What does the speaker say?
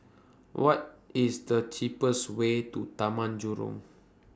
What IS The cheapest Way to Taman Jurong